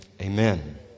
amen